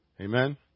Amen